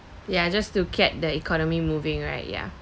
ya just to get that economy moving right ya